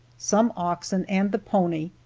some oxen and the pony,